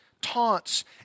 taunts